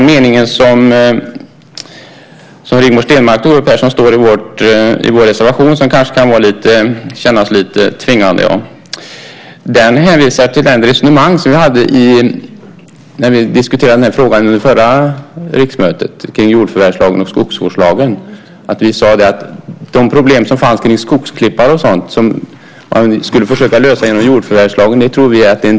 Rigmor Stenmark tog upp en mening i vår reservation som kanske kan kännas lite tvingande. Den hänvisar till det resonemang som vi hade när vi diskuterade under förra riksmötet kring jordförvärvslagen och skogsvårdslagen. Vi sade att vi tror att det är en dålig metod att försöka lösa problemen med skogsklippare genom jordförvärvslagen.